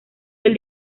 del